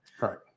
right